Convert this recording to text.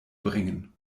bringen